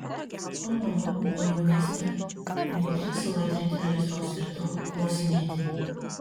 kol mama buvo jaunesnė nedrįsau aitrinti žaizdos ir daug klausinėti